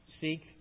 seek